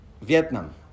Vietnam